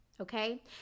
Okay